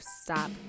stop